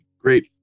Great